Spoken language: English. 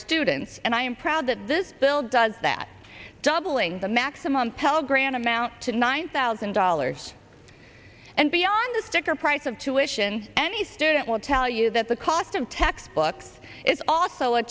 students and i am proud that this bill does that doubling the maximum pell grant amount to nine thousand dollars and beyond the sticker price of tuitions any student will tell you that the cost of textbooks is also a